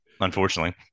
Unfortunately